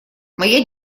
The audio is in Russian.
моя